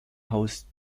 haus